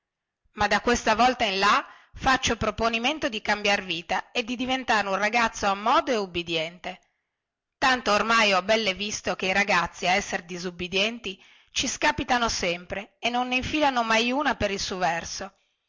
ma da questa volta in là faccio proponimento di cambiar vita e di diventare un ragazzo ammodo e ubbidiente tanto ormai ho belle visto che i ragazzi a essere disubbidienti ci scapitano sempre e non ne infilano mai una per il su verso